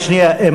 רק שנייה.